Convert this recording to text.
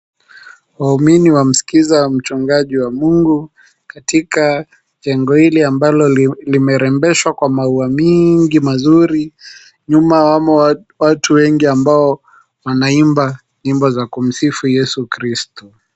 Waumini wamskiza mchungaji wa Mungu katika jengo hili ambalo limerembeshwa kwa maua mingi mazuri. Nyuma wamo watu wengi ambao wanaimba nyimbo za kumsifu Yesu Kristu .